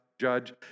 judge